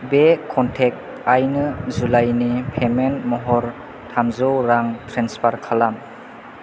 बे कनटेक्ट आइनो जुलाइनि पेमेन्ट महरै थामजौ रां ट्रेन्सफार खालाम